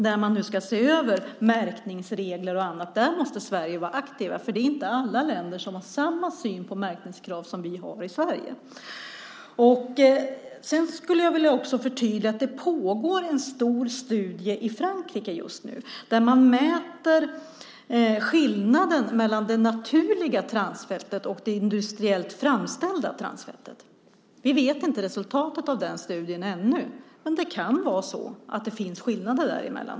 När man nu ska se över märkningsregler och annat måste Sverige vara aktivt. Det är inte alla länder som har samma syn på märkningskrav som vi har i Sverige. Jag skulle också vilja nämna att det nu pågår en stor studie i Frankrike där man mäter skillnaden mellan det naturliga transfettet och det industriellt framställda transfettet. Vi vet inte resultatet av den studien än, men det kan finnas skillnader.